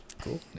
Cool